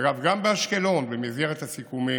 אגב, גם באשקלון, במסגרת הסיכומים,